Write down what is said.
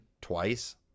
twice